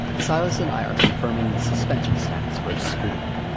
silas and i are confirming the suspension stats for his school.